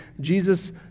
Jesus